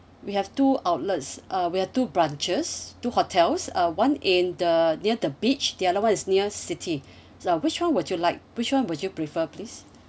we have two outlets uh we have two branches two hotels uh one in the near the beach the other one is near city uh which one would you like which one would you prefer please